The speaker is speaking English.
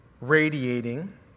radiating